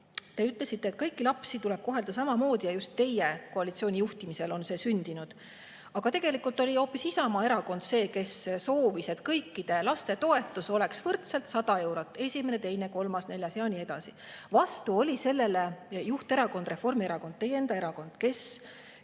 Te ütlesite, et kõiki lapsi tuleb kohelda samamoodi ja just teie koalitsiooni juhtimisel on see sündinud. Aga tegelikult oli hoopis Isamaa Erakond see, kes soovis, et kõikide laste toetus oleks võrdselt 100 eurot: esimene, teine, kolmas, neljas [laps] ja nii edasi. Vastu oli sellele [koalitsiooni] juhterakond Reformierakond, teie enda erakond, kes